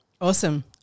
Awesome